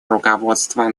руководства